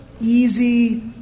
easy